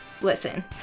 listen